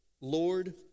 lord